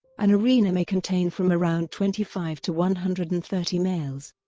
an arena may contain from around twenty five to one hundred and thirty males.